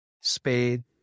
spade